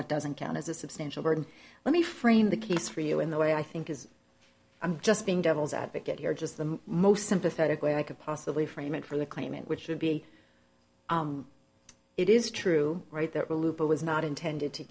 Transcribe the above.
what doesn't count as a substantial burden let me frame the case for you in the way i think is i'm just being devil's advocate here just the most sympathetic way i could possibly frame it for the claimant which would be it is true right there was not intended to